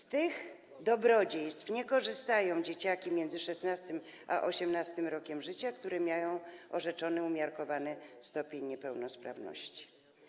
Z tych dobrodziejstw nie korzystają dzieciaki między 16. a 18. rokiem życia, które mają orzeczenie o umiarkowanym stopniu niepełnosprawności.